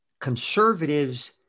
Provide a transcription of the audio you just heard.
conservatives